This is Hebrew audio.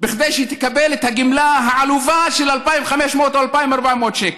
בכדי שהיא תקבל את הגמלה העלובה של 2,500 או 2,400 שקל.